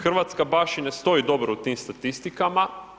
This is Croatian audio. Hrvatska baš i ne stoji dobro u tim s statistikama.